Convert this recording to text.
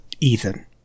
Ethan